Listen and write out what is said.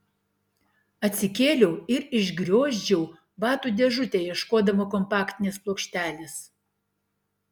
atsikėliau ir išgriozdžiau batų dėžutę ieškodama kompaktinės plokštelės